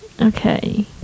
okay